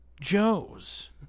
Joe's